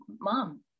mom